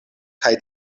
kaj